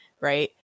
right